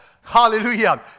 hallelujah